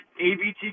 ABT